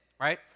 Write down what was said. Right